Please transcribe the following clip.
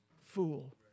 fool